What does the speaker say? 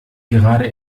gerade